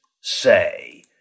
say